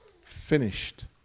finished